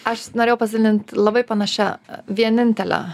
aš norėjau pasidalint labai panašia vienintele